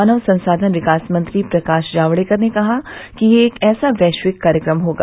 मानव संसाधन विकास मंत्री प्रकाश जावड़ेकर ने कहा कि ये एक वैश्विक कार्यक्रम होगा